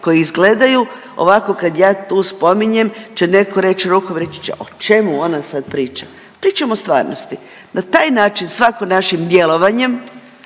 koje izgledaju ovako kad ja tu spominjem će netko reći rukom, reći će o čemu ona sad priča, pričam o stvarnosti. Na taj način svako našim djelovanjem